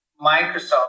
Microsoft